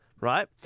right